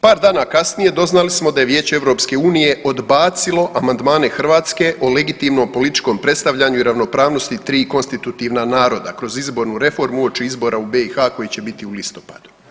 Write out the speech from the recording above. Par dana kasnije doznali smo da je Vijeće EU odbacilo amandmane Hrvatske o legitimnom političkom predstavljanju i ravnopravnosti tri konstitutivna naroda kroz izbornu reformu uoči izbora u BiH koji će biti u listopadu.